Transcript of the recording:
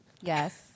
Yes